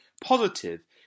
positive